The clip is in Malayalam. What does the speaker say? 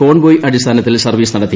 കോൺവോയ് അടിസ്ഥാനത്തിൽ സർവ്വീസ് നടത്തി